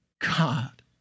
God